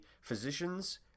physicians